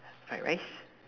fried rice